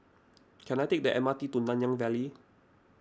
can I take the M R T to Nanyang Valley